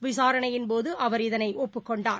விசாரணையின்போதுஅவர் இதனைஒப்புக் கொண்டார்